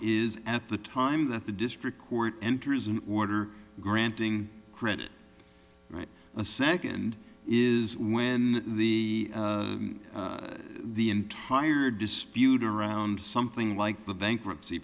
is at the time that the district court enters an order granting credit right the second is when the the entire dispute around something like the bankruptcy